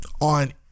on